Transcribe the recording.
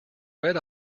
red